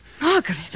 Margaret